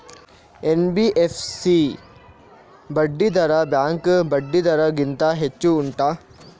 NBFC ಬಡ್ಡಿ ದರ bank ಬಡ್ಡಿ ದರ ಗಿಂತ ಹೆಚ್ಚು ಉಂಟಾ